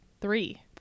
Three